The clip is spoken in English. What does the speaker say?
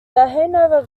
hanover